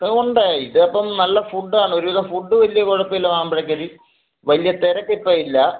അത് ഉണ്ട് ഇതിപ്പം നല്ല ഫുഡ് ആണ് ഒരുവിധം ഫുഡ് വലിയ കുഴപ്പമില്ല മാമ്പഴശ്ശേരി വലിയ തിരക്കിപ്പം ഇല്ല